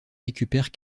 récupère